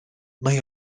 mae